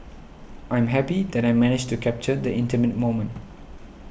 I'm happy that I managed to capture the intimate moment